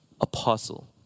apostle